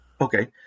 Okay